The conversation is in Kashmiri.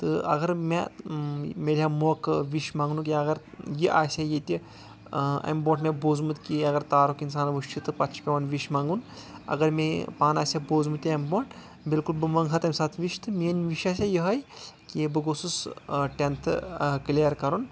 تہٕ اَگر مےٚ ملہِ ہا موقع وِش منٛگنُک یا اَگر یہِ آسہِ ہا ییٚتہِ اَمہِ برونٛٹھ مےٚ بوٗزمُت کہِ اَگر یہِ تارُک اِنسان وٕچھِ تہٕ اَتھ چھُ پیٚوان وِش منٛگُن اَگر مےٚ یہِ پانہٕ آسہِ ہا بوٗزمُت یہِ اَمہِ برٛونٛٹھ بِلکُل بہٕ منٛگہ ہا تَمہِ ساتہٕ وِش تہٕ میٲنۍ وِش آسہِ ہا یِہَے کہِ بہٕ گوٚژُس ٹیٚنٛتھ کِلیٚر کَرُن